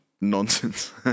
nonsense